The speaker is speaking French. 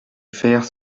faire